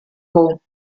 hole